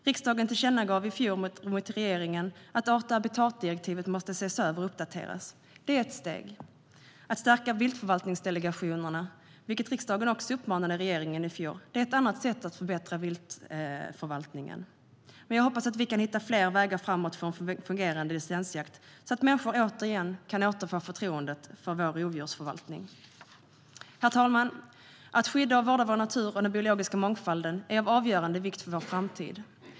Riksdagen tillkännagav i fjol för regeringen att art och habitatdirektivet måste ses över och uppdateras. Det är ett steg. Att stärka viltförvaltningsdelegationerna, vilket riksdagen också uppmanade regeringen att göra i fjol, är ett annat sätt att förbättra viltförvaltningen. Jag hoppas att vi kan hitta fler vägar framåt för att få en fungerande licensjakt så att människor kan återfå förtroendet för vår rovdjursförvaltning. Herr talman! Att skydda och vårda vår natur och den biologiska mångfalden är av avgörande vikt för vår framtid.